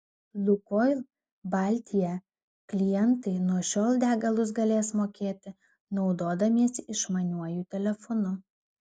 lukoil baltija klientai nuo šiol degalus galės mokėti naudodamiesi išmaniuoju telefonu